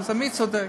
אז מי צודק?